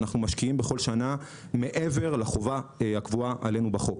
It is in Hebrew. אנחנו משקיעים בכל שנה מעבר לחובה הקבועה עלינו בחוק,